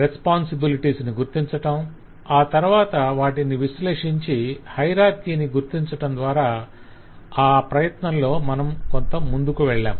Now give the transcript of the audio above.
responsibilities ను గుర్తించటం ఆ తరవాత వాటిని విశ్లేషించి హయరార్కిని గుర్తించటం ద్వారా ఈ ప్రయత్నంలో మనం కొంత ముందుకు వెళ్లాం